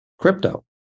crypto